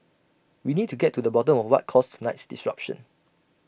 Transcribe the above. we need to get to the bottom of what caused tonight's disruption